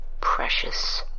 precious